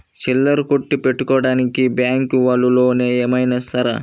చిల్లర కొట్టు పెట్టుకోడానికి బ్యాంకు వాళ్ళు లోన్ ఏమైనా ఇస్తారా?